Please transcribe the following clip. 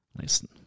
Listen